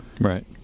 right